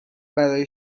برای